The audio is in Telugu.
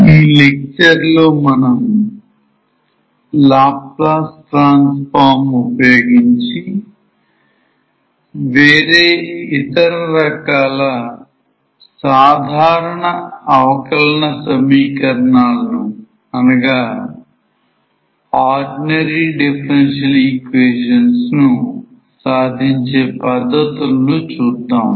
ఈ లెక్చర్ లో మనం laplace transform ఉపయోగించి వేరే ఇతర రకాల సాధారణ అవకలన సమీకరణాలను ordinary differential equationsను సాధించే పద్ధతులను చూద్దాం